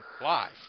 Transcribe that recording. live